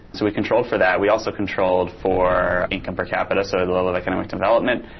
so we controlled for that. we also controlled for income per capita, so the level of economic development,